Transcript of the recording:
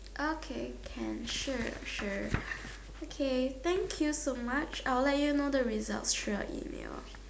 okay can sure sure okay thank you so much I will let you know the result through your email